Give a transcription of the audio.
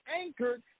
anchored